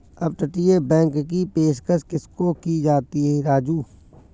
अपतटीय बैंक की पेशकश किसको की जाती है राजू?